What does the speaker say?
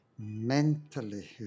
Mentally